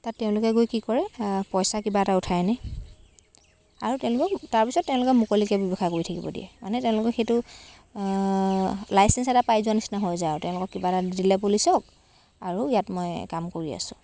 তাত তেওঁলোকে গৈ কি কৰে পইচা কিবা এটা উঠাই আনে আৰু তেওঁলোকেও তাৰপিছত তেওঁলোকেও মুকলিকৈ ব্যৱসায় কৰি থাকিব দিয়ে মানে তেওঁলোকে সেইটো লাইচেঞ্চ এটা পাই যোৱা নিচিনা হৈ যায় আৰু তেওঁলোকক কিবা এটা দিলে পুলিচক আৰু ইয়াত মই কাম কৰি আছোঁ